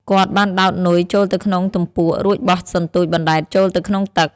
គាត់បានដោតនុយចូលទៅក្នុងទំពក់ រួចបោះសន្ទូចបណ្ដែតចូលទៅក្នុងទឹក។